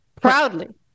proudly